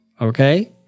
Okay